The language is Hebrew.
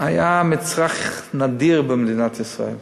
היה מצרך נדיר במדינת ישראל.